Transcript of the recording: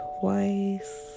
Twice